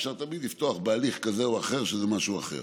אפשר תמיד לפתוח בהליך כזה או אחר שזה משהו אחר,